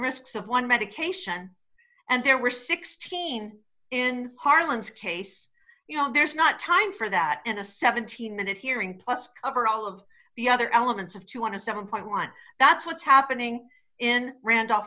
risks of one medication and there were sixteen in harland's case you know there's not time for that in a seventeen minute hearing plus cover all of the other elements of two hundred and seven point one that's what's happening in randolph